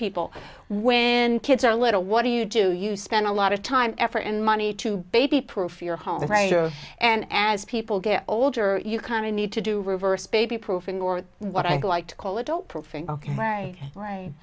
people when kids are little what do you do you spend a lot of time effort and money to baby proof your home and as people get older you kind of need to do reverse baby proofing or what i like to